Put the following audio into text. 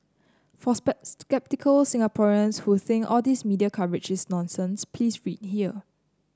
for sceptical Singaporeans who think all these media coverage is nonsense please read here